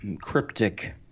cryptic